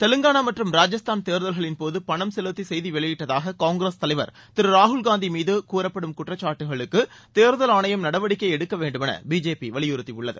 தெலங்காளா மற்றும் ராஜஸ்தான் தேர்தல்களின்போது பணம் செலுத்தி செய்தி வெளியிட்டதாக காங்கிரஸ் தலைவர் திரு ராகுல் காந்தி மீது கூறப்படும் குற்றச்சாட்டுகளுக்கு தேர்தல் ஆணையம் நடவடிக்கை எடுக்க வேண்டுமென பிஜேபி வலியுறுத்தியுள்ளது